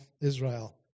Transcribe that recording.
Israel